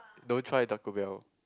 don't try Taco Bell